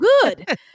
good